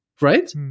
Right